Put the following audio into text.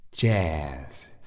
Jazz